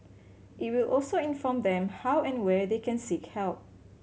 it will also inform them how and where they can seek help